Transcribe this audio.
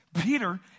Peter